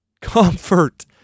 comfort